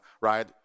right